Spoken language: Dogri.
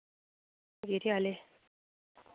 गिरी आह्ले